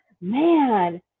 man